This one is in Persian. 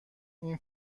این